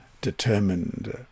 determined